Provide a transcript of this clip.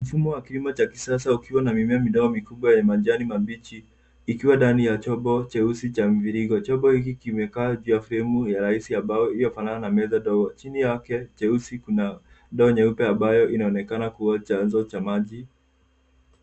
Mfumo wa kilimo cha kisasa ukiwa na mimea mikubwa ya majani mabichi ikiwa ndani ya chombo cheusi cha mviringo. Chombo hiki kimekaa juu ya fremu rahisi ya mbao iliyofanana na meza ndogo. Chini yake cheusi kuna bomba nyeupe ambayo inaonekana kuwa chanzo cha maji.